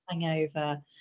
Hangover